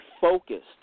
focused